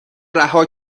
رها